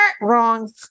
Wrong